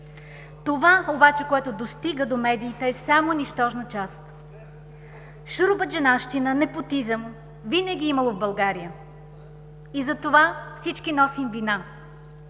Това обаче, което достига до медиите, е само нищожна част. Шуробаджанащина, непукизъм винаги е имало в България и затова всички носим вина,